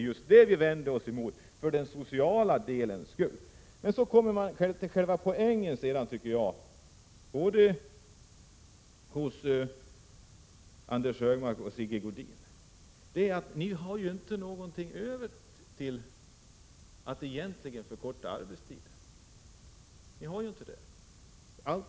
Ur social synpunkt vänder vi oss mot det systemet. Så till själva poängen. Varken Anders G Högmark eller Sigge Godin har något till övers för en förkortning av arbetstiden.